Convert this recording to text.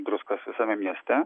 druskos visame mieste